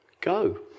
Go